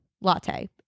latte